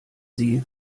sie